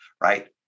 right